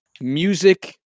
music